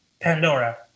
Pandora